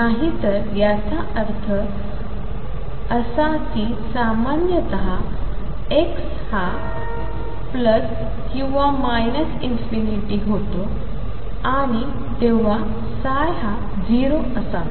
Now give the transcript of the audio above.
नाही तर याचा अर्थ असा की सामान्यत x हा ±∞होतो आणि तेव्हा ψ हा 0 असावा